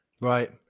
right